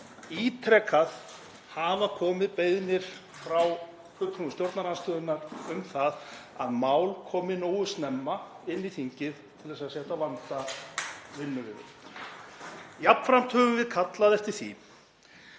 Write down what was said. Ítrekað hafa komið beiðnir frá fulltrúum stjórnarandstöðunnar um það að mál komi nógu snemma inn í þingið til þess að það sé hægt að vanda vinnu við þau. Jafnframt höfum við kallað eftir því